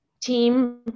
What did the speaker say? team